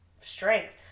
strength